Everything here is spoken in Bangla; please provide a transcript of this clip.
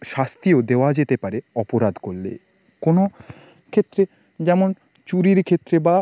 শাস্তিও দেওয়া যেতে পারে অপরাধ করলে কোনো ক্ষেত্রে যেমন চুরির ক্ষেত্রে বা